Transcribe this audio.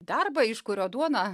darbą iš kurio duoną